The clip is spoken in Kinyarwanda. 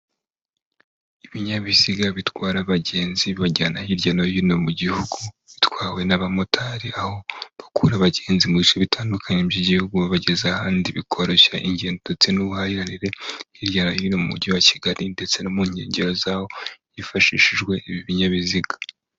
Ibinyabiziga bitwara abagenzi bibajyana hirya no hino mu gihugu, bitwawe n'abamotari aho bakura abagenzi mu bice bitandukanye by'igihugu babageze ahandi bikoroshya ingendo ndetse n'ubuhahinire hirya no hino mu mujyi wa Kigali ndetse no mu nkengero zaho hifashishijwe ibi binyabiziga.